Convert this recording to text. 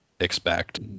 Expect